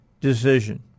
decision